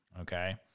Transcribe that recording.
Okay